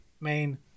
Main